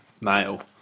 male